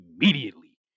immediately